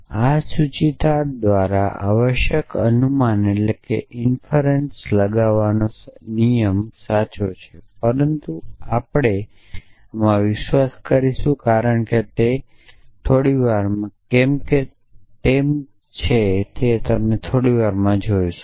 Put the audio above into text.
આ સૂચિતાર્થ દ્વારા આવશ્યક અનુમાન લગાવવાનો નિયમ સાચો છે પરંતુ આપણે આમાં વિશ્વાસ કરીશું કારણ કે તે કેમ છે તે થોડીવારમાં તમે જોશો